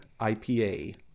IPA